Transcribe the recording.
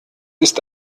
ist